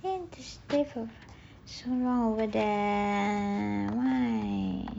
then over there why